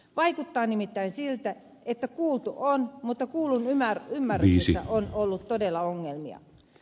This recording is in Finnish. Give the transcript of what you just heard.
vaikuttaa nimittäin siltä että kuultu on mutta kuullun ymmärryksessä on ollut todella ongelmia